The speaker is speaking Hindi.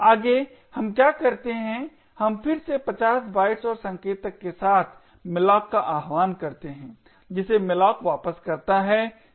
आगे हम क्या करते हैं हम फिर से 50 बाइट्स और संकेतक के साथ malloc का आह्वान करते हैं जिसे malloc वापस करता है c में संग्रहीत है